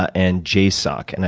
and jasoc. and